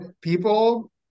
People